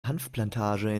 hanfplantage